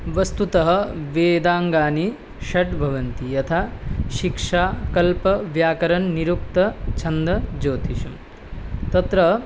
वस्तुतः वेदाङ्गानि षट् भवन्ति यथा शिक्षा कल्पः व्याकरणं निरुक्तं छन्दः ज्योतिषं तत्र